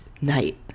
Night